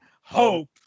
Hope